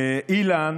אילן